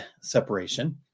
separation